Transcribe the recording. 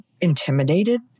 intimidated